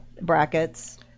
brackets